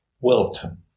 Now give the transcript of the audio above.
Welcome